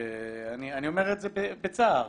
אני אומר זאת בצער,